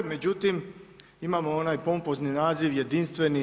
Međutim, imamo onaj pompozni naziv jedinstveni.